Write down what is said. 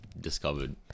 discovered